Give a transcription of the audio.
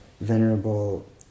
Venerable